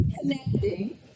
connecting